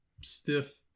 stiff